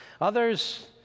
Others